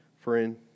friend